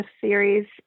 series